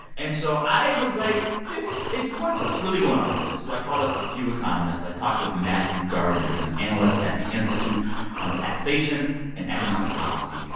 and so i was like, this it's what's what's really going on with this? so i called up a few economists. i talked with matthew gardner. he's an analyst at the institute on taxation and economic policy.